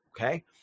okay